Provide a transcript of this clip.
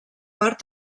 part